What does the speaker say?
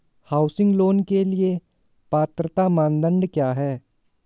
Housing loan के लिए पात्रता मानदंड क्या हैं?